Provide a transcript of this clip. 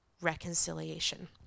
reconciliation